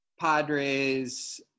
Padres